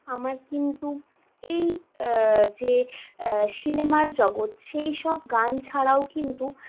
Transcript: আমার কিন্তু এই যে সিনেমার জগৎ সেইসব গান ছাড়াও কিন্তু